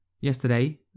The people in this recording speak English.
Yesterday